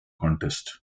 contest